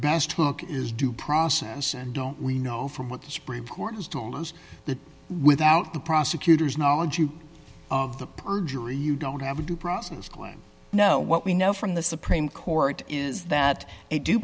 best look is due process and don't we know from what the supreme court has told us that without the prosecutor's knowledge of the perjury you don't have a due process claim no what we know from the supreme court is that